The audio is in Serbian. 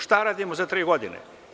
Šta radimo za tri godine?